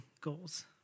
goals